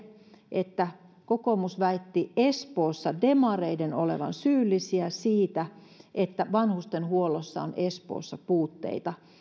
se että kokoomus väitti demareiden espoossa olevan syyllisiä siihen että vanhustenhuollossa on espoossa puutteita